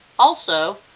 also,